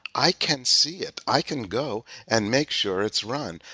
i can see it. i can go and make sure it's run.